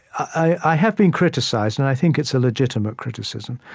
i have been criticized, and i think it's a legitimate criticism,